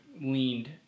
leaned